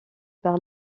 par